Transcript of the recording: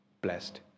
blessed